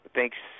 thanks